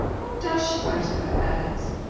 what does she write about, alex?